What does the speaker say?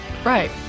Right